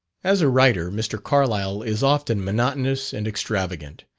as a writer, mr. carlyle is often monotonous and extravagant.